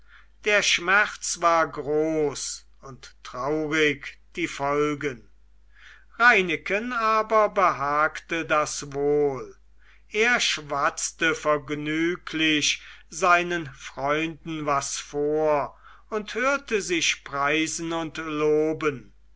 der schmerz war groß und traurig die folgen reineken aber behagte das wohl er schwatzte vergnüglich seinen freunden was vor und hörte sich preisen und loben